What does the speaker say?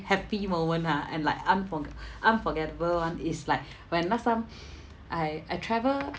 happy moment ah and like an unfor~ unforgettable [one] is like when last time I I travel